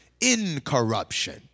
incorruption